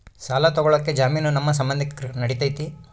ಸಾಲ ತೊಗೋಳಕ್ಕೆ ಜಾಮೇನು ನಮ್ಮ ಸಂಬಂಧಿಕರು ನಡಿತೈತಿ?